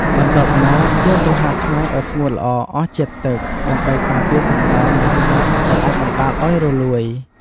បន្ទាប់មក យកទៅហាលថ្ងៃឲ្យស្ងួតល្អអស់ជាតិទឹក ដើម្បីការពារសំណើម និងផ្សិត ដែលអាចបណ្ដាលឲ្យរលួយ។